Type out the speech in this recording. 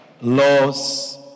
laws